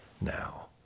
now